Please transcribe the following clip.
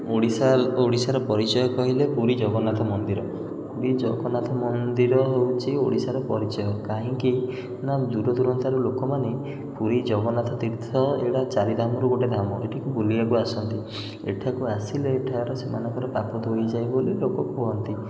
ଓଡ଼ିଶା ଓଡ଼ିଶାର ପରିଚୟ କହିଲେ ପୁରୀ ଜଗନ୍ନାଥ ମନ୍ଦିର ପୁରୀ ଜଗନ୍ନାଥ ମନ୍ଦିର ହେଉଛି ଓଡ଼ିଶାର ପରିଚୟ କାହିଁକି ନା ଦୂରଦୂରାନ୍ତରୁ ଲୋକମାନେ ପୁରୀ ଜଗନ୍ନାଥ ତୀର୍ଥ ଏଇଟା ଚାରିଧାମରୁ ଗୋଟେ ଧାମ ଏଠିକି ବୁଲିବାକୁ ଆସନ୍ତି ଏଠାକୁ ଆସିଲେ ଏଠାର ସେମାନଙ୍କର ପାପ ଧୋଇ ହୋଇଯାଏ ବୋଲି ଲୋକ କୁହନ୍ତି